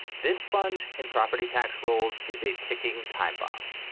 this plunge in property tax rolls is a ticking time bomb.